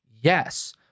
Yes